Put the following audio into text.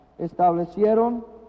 establecieron